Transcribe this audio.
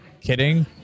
kidding